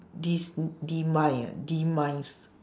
dis~ demise ah demise